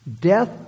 Death